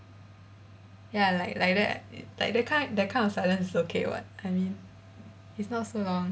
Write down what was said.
ya like like that like that kind that kind of silence is okay [what] I mean it's not so long